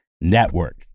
Network